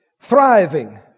Thriving